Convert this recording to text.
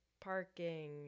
parking